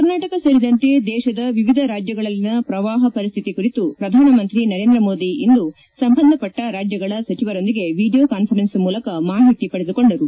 ಕರ್ನಾಟಕ ಸೇರಿದಂತೆ ದೇಶದ ವಿವಿಧ ರಾಜ್ಯಗಳಲ್ಲಿನ ಪ್ರವಾಹ ಪರಿಸ್ವಿತಿ ಕುರಿತು ಪ್ರಧಾನಮಂತ್ರಿ ನರೇಂದ್ರ ಮೋದಿ ಇಂದು ಸಂಬಂಧಪಟ್ಟ ರಾಜ್ಯಗಳ ಸಚಿವರೊಂದಿಗೆ ವಿಡಿಯೊ ಕಾನ್ವರೆನ್ಸ್ ಮೂಲಕ ಮಾಹಿತಿ ಪಡೆದುಕೊಂಡರು